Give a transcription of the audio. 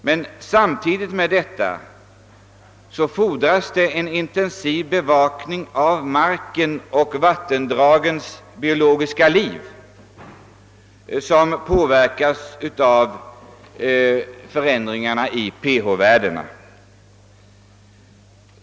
Men samtidigt härmed fordras det en intensiv bevakning av markens och vattendragens biologiska liv, som påverkas av förändringarna i pH-värdena.